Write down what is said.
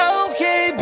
okay